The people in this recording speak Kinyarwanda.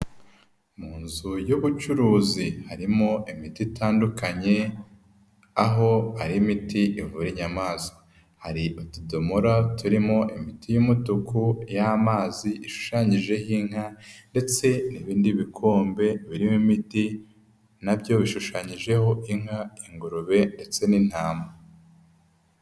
Mu nzu y'ubucuruzi harimo imiti itandukanye, aho hari imiti ivura inyamaswa. Hari utudomora turimo imiti y'umutuku y'amazi ishushanyijeho inka, ndetse n'ibindi bikombe birimo imiti, n'abyo bishushanyijeho inka, ingurube, ndetse n'intama.